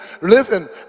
Listen